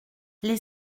les